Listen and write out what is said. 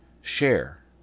share